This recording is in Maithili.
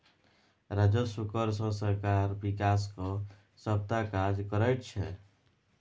राजस्व कर सँ सरकार बिकासक सभटा काज करैत छै